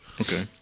Okay